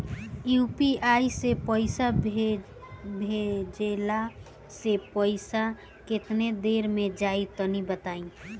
UPI से पईसा भेजलाऽ से पईसा केतना देर मे जाई तनि बताई?